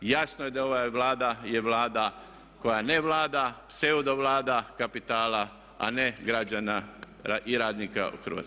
Jasno je da je ova Vlada je Vlada koja ne vlada, pseudo Vlada kapitala a ne građana i radnika u Hrvatskoj.